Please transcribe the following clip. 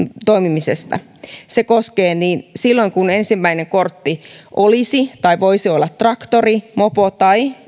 toimimisesta se koskee tilannetta kun ensimmäinen kortti olisi tai voisi olla niin traktori mopo tai